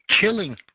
killing